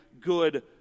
good